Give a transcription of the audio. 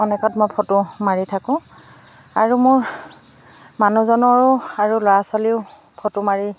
অনেকত মই ফটো মাৰি থাকোঁ আৰু মোৰ মানুহজনৰো আৰু ল'ৰা ছোৱালীও ফটো মাৰি